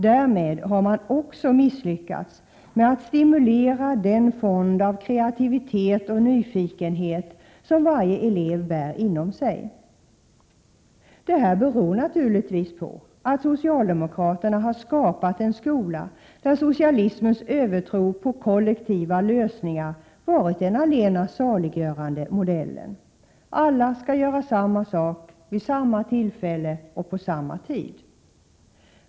Därmed har man också misslyckats med att stimulera den fond av kreativitet och nyfikenhet som varje elev bär inom sig. Detta beror naturligtvis på att socialdemokraterna har skapat en skola där socialismens övertro på kollektiva lösningar varit den allena saliggörande modellen — alla skall göra samma sak vid samma tillfälle och på samma tid.